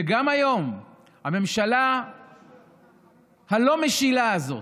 וגם היום, הממשלה הלא-משילה הזאת,